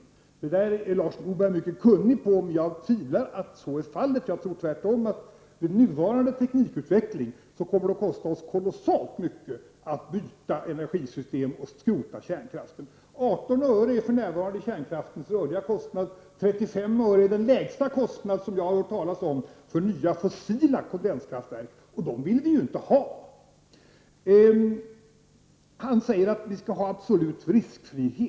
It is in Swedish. Lars Norberg är mycket kunnig på detta område, men jag tvivlar på att så är fallet. Jag tror tvärtom att det med nuvarande teknikutveckling kommer att kosta oss kolossalt mycket att byta energisystem och skrota kärnkraften. 18 öre är för närvarande den rörliga kostnaden för kärnkraften. 35 öre är den lägsta kostnad som jag har hört nämnas för nya fossila kondenskraftverk, och sådana vill vi inte ha. Lars Norberg säger att vi skall ha absolut riskfrihet.